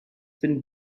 been